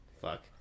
Fuck